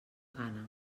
gana